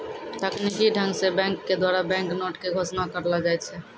तकनीकी ढंग से बैंक के द्वारा बैंक नोट के घोषणा करलो जाय छै